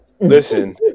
Listen